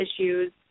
issues